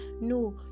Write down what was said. no